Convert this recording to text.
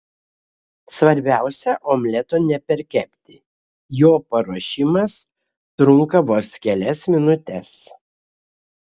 svarbiausia omleto neperkepti jo paruošimas trunka vos kelias minutes